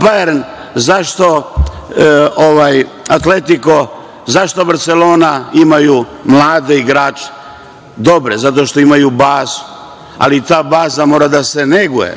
"Bern", zašto "Atletiko", zašto "Barselona" imaju mlade igrače dobre? Zato što imaju bazu, ali ta baza mora da se neguje,